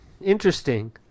Interesting